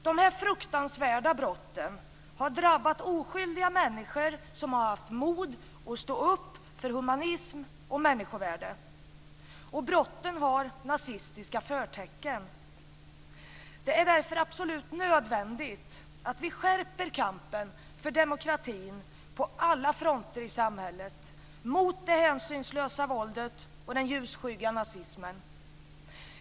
De här fruktansvärda brotten har drabbat oskyldiga människor som har haft mod att stå upp för humanism och människovärde. Och brotten har nazistiska förtecken. Det är därför absolut nödvändigt att vi skärper kampen för demokratin på alla fronter i samhället, mot det hänsynslösa våldet och den ljusskygga nazismen.